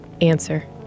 Answer